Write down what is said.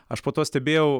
aš po to stebėjau